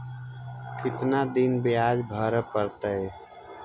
कितना दिन बियाज भरे परतैय?